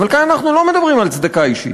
אבל כאן אנחנו לא מדברים על צדקה אישית.